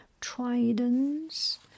tridents